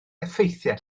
effeithiau